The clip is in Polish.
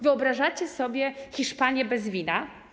Wyobrażacie sobie Hiszpanię bez wina?